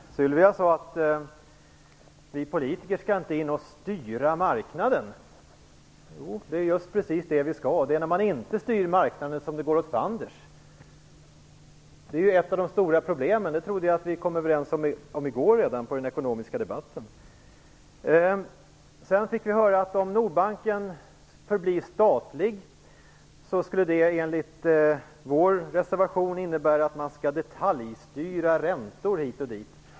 Herr talman! Sylvia Lindgren sade att vi politiker inte skall gå in och styra marknaden. Jo, det är precis just det som vi skall göra. Det är när man inte styr marknaden som det går åt fanders. Det är ju det som är ett av de stora problemen, det trodde jag att vi kom överens om redan i går vid den ekonomiska debatten. Sedan fick vi höra att om Nordbanken förblev statlig skulle detta enligt vår reservation innebära att man detaljstyrde räntor hit och dit.